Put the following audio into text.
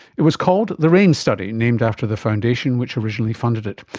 it was called the raine study, named after the foundation which originally funded it.